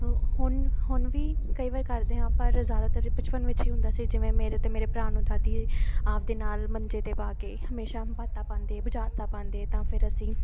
ਹੁਣ ਹੁਣ ਵੀ ਕਈ ਵਾਰ ਕਰਦੇ ਹਾਂ ਪਰ ਜ਼ਿਆਦਾਤਰ ਬਚਪਨ ਵਿੱਚ ਹੀ ਹੁੰਦਾ ਸੀ ਜਿਵੇਂ ਮੇਰੇ ਅਤੇ ਮੇਰੇ ਭਰਾ ਨੂੰ ਦਾਦੀ ਆਪਦੇ ਨਾਲ ਮੰਜੇ 'ਤੇ ਪਾ ਕੇ ਹਮੇਸ਼ਾ ਬਾਤਾਂ ਪਾਉਂਦੇ ਬੁਝਾਰਤਾਂ ਪਾਉਂਦੇ ਤਾਂ ਫਿਰ ਅਸੀਂ